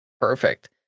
Perfect